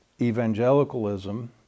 evangelicalism